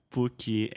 Porque